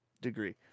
degree